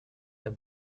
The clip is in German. der